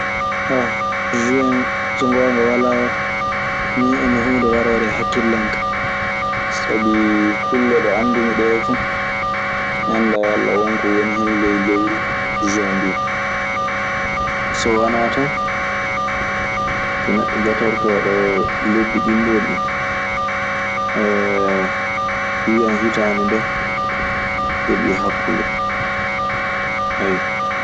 Ah, Suen, sngoonga walaa nii enna huunde waroore e hakkille an kaa. Sabii, kulle ɗee anndumi ɗee fu, min anndaa yalla won ko woni hen leuy lewru Suen duu ka. So wanaa tan so neɗɗo jatortoo ɗoo lebbi ɗinɗon ɗii wiyan hitaande nde heɓii hakkunde. Ayyo.